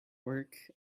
work